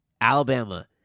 Alabama